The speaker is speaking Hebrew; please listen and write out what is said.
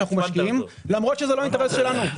שאנחנו משקיעים למרות שזה לא אינטרס שלנו,